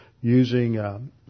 using